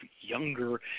younger